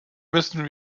müssen